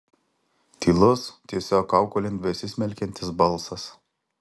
tylus tiesiog kaukolėn besismelkiantis balsas